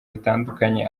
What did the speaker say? bitandukanye